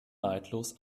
neidlos